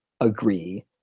agree